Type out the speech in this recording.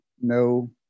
No